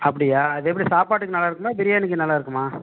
அப்படியா அது எப்படி சாப்பாட்டுக்கு நல்லாருக்குமா பிரியாணிக்கு நல்லாருக்குமா